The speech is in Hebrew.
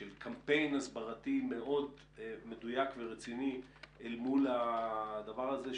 של קמפיין הסברתי מאוד מדויק ורציני אל מול הדבר הזה,